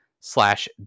slash